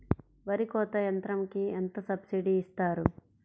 వరి కోత యంత్రంకి ఎంత సబ్సిడీ ఇస్తారు?